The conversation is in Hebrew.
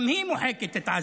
גם היא מוחקת את עזה.